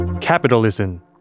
Capitalism